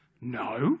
No